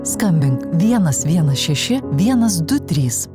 skambink vienas vienas šeši vienas du trys